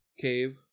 cave